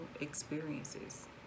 experiences